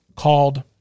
Called